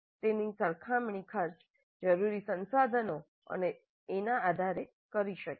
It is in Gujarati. તેની સરખામણી ખર્ચ જરૂરી સંસાધનો અને તેના આધારે કરી શકાય છે